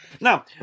Now